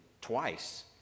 twice